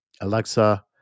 Alexa